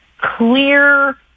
clear